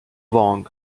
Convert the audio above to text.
wong